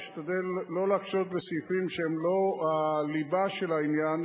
אשתדל לא להקשות בסעיפים שהם לא הליבה של העניין,